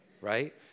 right